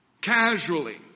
casually